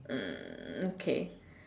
hmm okay